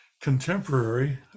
contemporary